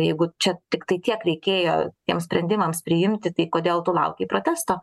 jeigu čia tiktai tiek reikėjo tiems sprendimams priimti tai kodėl tu laukei protesto